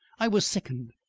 i was sickened,